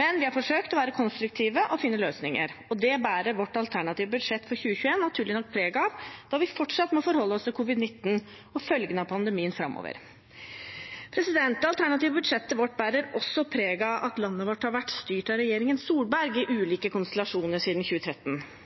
men vi har forsøkt å være konstruktive og finne løsninger, og det bærer vårt alternative budsjett for 2021 naturlig nok preg av, da vi fortsatt må forholde oss til covid-19 og følgene av pandemien framover. Det alternative budsjettet vårt bærer også preg av at landet vårt har vært styrt av regjeringen Solberg i ulike konstellasjoner siden 2013,